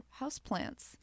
houseplants